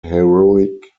heroic